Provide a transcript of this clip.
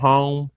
Home